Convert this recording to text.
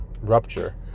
rupture